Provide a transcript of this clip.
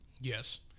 Yes